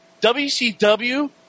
WCW